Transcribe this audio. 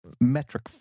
metric